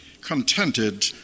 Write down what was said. contented